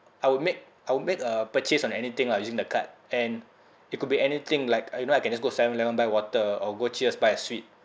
I would make I would make a purchase on anything lah using the card and it could be anything like uh you know I can just go seven eleven buy water or go cheers buy a sweet